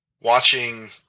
watching